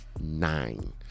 nine